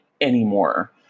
Anymore